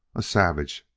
a savage,